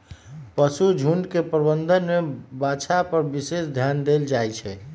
पशुझुण्ड के प्रबंधन में बछा पर विशेष ध्यान देल जाइ छइ